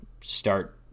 start